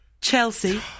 Chelsea